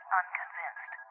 unconvinced